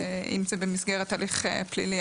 ואם זה במסגרת הליך פלילי,